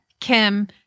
Kim